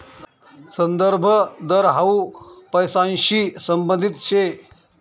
संदर्भ दर हाउ पैसांशी संबंधित शे